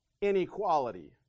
inequality